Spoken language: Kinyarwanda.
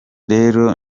rero